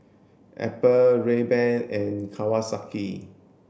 Apple Rayban and Kawasaki